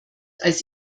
als